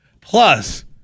Plus